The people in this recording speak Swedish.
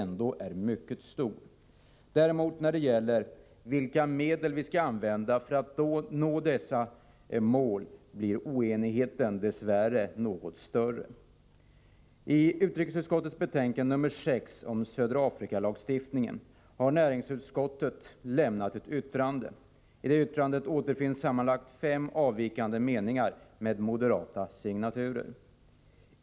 När det däremot gäller vilka medel vi skall använda för att nå dessa mål är oenigheten dess värre något större. I utrikesutskottets betänkande nr 6 om södra Afrika-lagstiftningen har näringsutskottet lämnat ett yttrande. I det yttrandet återfinns sammanlagt fem avvikande meningar med moderata signaturer.